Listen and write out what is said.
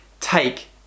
take